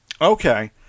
Okay